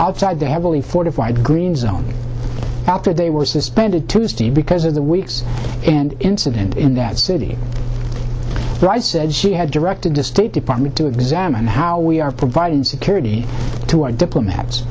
outside the heavily fortified green zone after they were suspended tuesday because of the weeks and incident in that city rice said she had directed the state department to examine how we are providing security to our diplomats